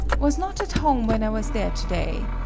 was not at home when i was there to-day.